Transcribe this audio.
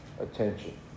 attention